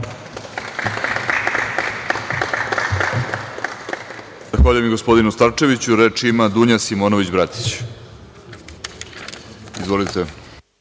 Zahvaljujem, gospodinu Starčeviću. Reč ima Dunja Simonović Bratić. Izvolite.